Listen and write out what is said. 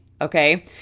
okay